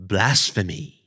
Blasphemy